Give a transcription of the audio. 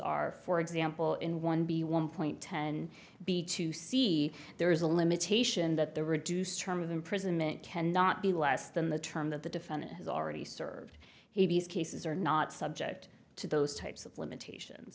are for example in one b one point ten b to c there is a limitation that the reduced term of imprisonment cannot be less than the term that the defendant has already served he's cases are not subject to those types of limitations